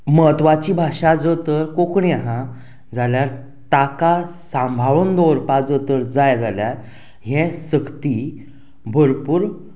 म्हत्वाची भाशा जर तर कोंकणी आसा जाल्यार तिका सांबाळून दवरपाक जर तर जाय जाल्यार ही सक्ती भरपूर